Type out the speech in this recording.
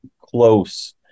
close